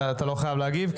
אתה לא חייב להגיב,